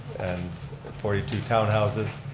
and forty two townhouses,